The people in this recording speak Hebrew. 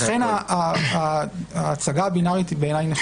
ולכן ההצגה הבינארית היא בעיניי נכונה.